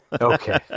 okay